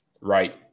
Right